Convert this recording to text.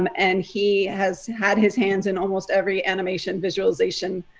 um and he has had his hands in almost every animation, visualization,